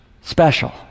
special